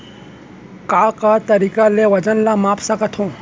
का का तरीक़ा ले वजन ला माप सकथो?